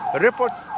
reports